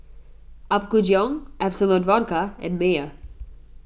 Apgujeong Absolut Vodka and Mayer